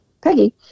Peggy